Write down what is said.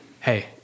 hey